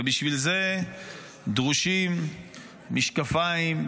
ובשביל זה דרושים משקפיים,